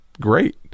great